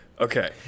okay